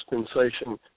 dispensation